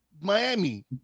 Miami